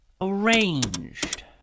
arranged